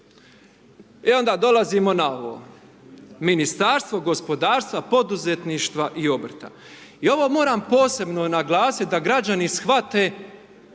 I onda dolazimo na ovo, Ministarstvo gospodarstva, poduzetništva i obrta. I ovo moram posebno naglasiti da građani shvate